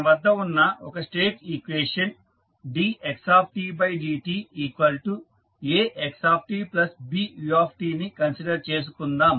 మన వద్ద ఉన్న ఒక స్టేట్ ఈక్వేషన్ dxdtAxtBut ని కన్సిడర్ చేసుకుందాం